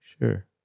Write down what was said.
Sure